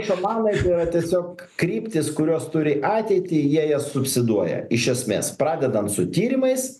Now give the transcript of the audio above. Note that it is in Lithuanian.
šamanai tai yra tiesiog kryptys kurios turi ateitį jie jas subsiduoja iš esmės pradedant su tyrimais